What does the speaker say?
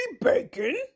bacon